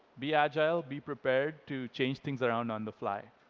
be agile, be prepared to change things around on the fly.